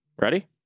Ready